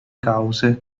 cause